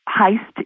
heist